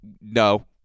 no